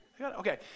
Okay